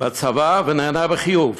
ונענה בחיוב.